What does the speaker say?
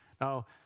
Now